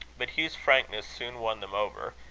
but hugh's frankness soon won them over,